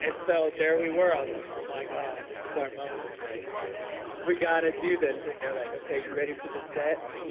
and so there we were, i was like, oh my god, this is our moment, like we gotta do this. and they're like, okay, you ready for this set?